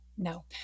No